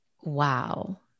Wow